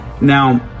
Now